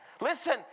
Listen